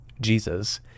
jesus